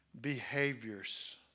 behaviors